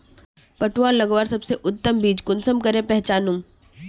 पटुआ लगवार सबसे उत्तम बीज कुंसम करे पहचानूम?